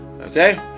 okay